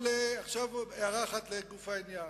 עכשיו הערה אחת לגוף העניין.